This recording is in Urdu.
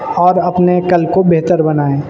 اور اپنے کل کو بہتر بنائیں